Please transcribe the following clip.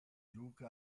luca